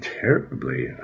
terribly